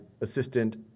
assistant